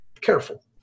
careful